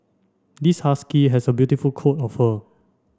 this husky has a beautiful coat of fur